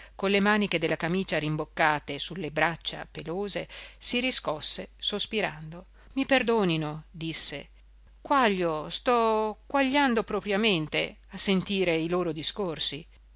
con le maniche della camicia rimboccate su le braccia pelose si riscosse sospirando di io e nelle uaglio sto quagliando propriamente a sentire i loro discorsi